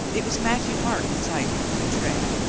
it was matthieu-marc beside him with a tray.